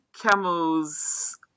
camels